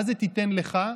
מה זה "תתן לך"?